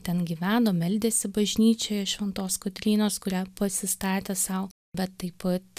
ten gyveno meldėsi bažnyčioje šventos kotrynos kurią pasistatė sau bet taip pat